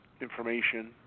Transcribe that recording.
information